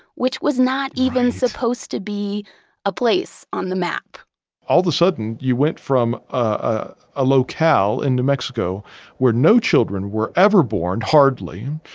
which was not even supposed to be a place on the map all the sudden you went from ah a locale in new mexico where no children were ever born, hardly,